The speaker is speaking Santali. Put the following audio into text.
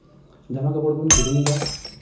ᱡᱟᱢᱟ ᱠᱟᱯᱚᱲ ᱵᱚᱱ ᱠᱤᱨᱤᱧᱫᱟ